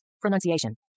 Pronunciation